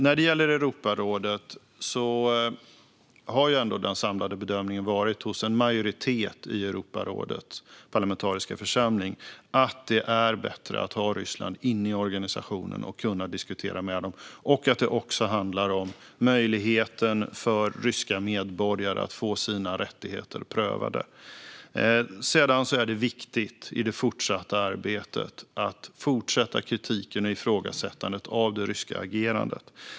När det gäller Europarådet har den samlade bedömningen hos en majoritet i Europarådets parlamentariska församling varit att det är bättre att ha Ryssland inne i organisationen och kunna diskutera med dem. Det handlar också om möjligheten för ryska medborgare att få sina rättigheter prövade. Sedan är det i det fortsatta arbetet viktigt att fortsätta med kritiken och ifrågasättandet av det ryska agerandet.